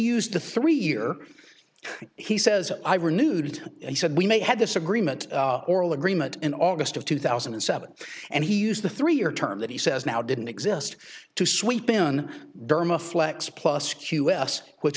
used the three year he says i renewed and said we may had this agreement oral agreement in august of two thousand and seven and he used the three year term that he says now didn't exist to sweep in burma flex plus q s which